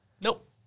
nope